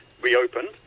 reopened